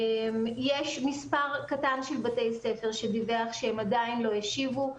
יש מספר קטן של בתי ספר שדיווח שהם עדיין לא השיבו,